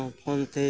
ᱡᱤᱞ ᱩᱛᱩ